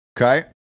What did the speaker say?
Okay